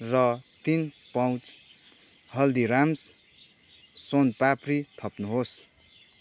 र तिन पाउच हल्दीराम्स सोन पापडी थप्नुहोस्